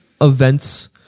events